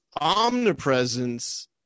omnipresence